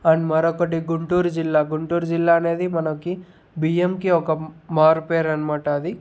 and మరొకటి గుంటూరు జిల్లా గుంటూరు జిల్లా అనేది మనకి బియ్యంకి ఒక మారుపేరు అనమాట అది